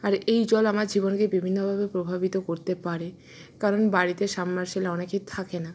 আর এই জল আমার জীবনকে বিভিন্নভাবে প্রভাবিত করতে পারে কারণ বাড়িতে সাবমারসিবল অনেকেরই থাকে না